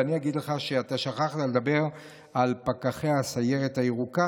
ואגיד לך שאתה שכחת לדבר על פקחי הסיירת הירוקה,